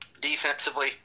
Defensively